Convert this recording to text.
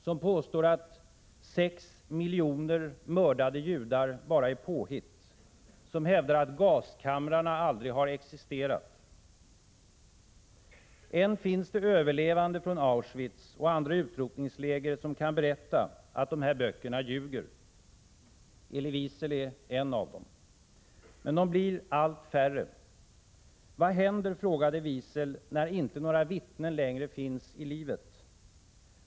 Som påstår att sex miljoner mördade judar bara är ett påhitt. Som hävdar att gaskamrarna aldrig har existerat. Än finns det överlevande från Auschwitz och andra utrotningsläger som kan berätta att dessa böcker ljuger. Elie Wiesel är en av dem. Men de blir allt färre. Vad händer, frågade Wiesel, när inte några vittnen längre finns i livet?